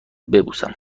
ببوسم